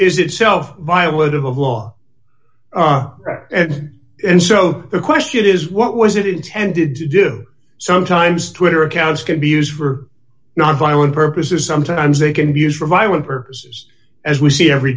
is itself violent of of law and so the question is what was it intended to do sometimes twitter accounts can be used for nonviolent purposes sometimes they can be used for violent purposes as we see every